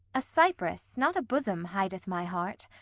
a cypress, not a bosom, hides my heart.